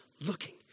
looking